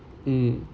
mm